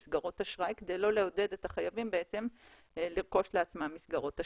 מסגרות אשראי כדי לא לעודד את החייבים לרכוש לעצמם מסגרות אשראי.